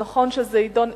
זה נכון שזה יידון,